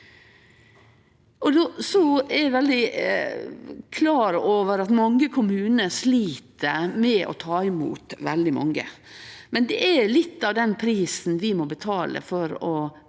Eg er veldig klar over at mange kommunar slit med å ta imot veldig mange, men det er litt av prisen vi må betale for å